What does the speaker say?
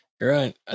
right